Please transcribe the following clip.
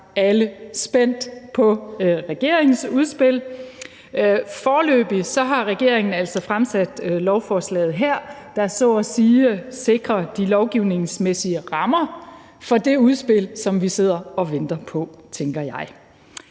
alle spændt på regeringens udspil. Foreløbig har regeringen altså fremsat lovforslaget her, der så at sige sikrer de lovgivningsmæssige rammer for det udspil, som vi sidder og venter på, tænker jeg.